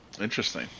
Interesting